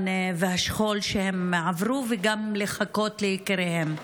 והשכול שהן עברו וגם מחכות ליקיריהן.